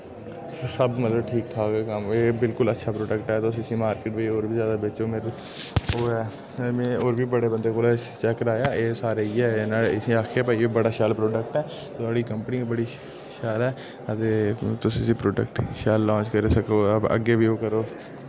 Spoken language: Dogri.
सब मतलब ठीक ठाक गै कम्म एह् बिल्कुल अच्छा प्रोडक्ट ऐ तुस इसी मार्किट बी होर बी ज़्यादा बेचो में ओह् ऐ में होर बी बड़े बंदें कोला इसी चेक कराया एह् सारे इ'यै न इसी आखेआ कि भाई बड़ा शैल प्रोडक्ट ऐ थोहाड़ी कंपनी बी बड़ी शैल ऐ ते तुस इसी प्रोडक्ट गी शैल लांच करी सको अग्गें बी ओह् करो